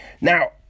Now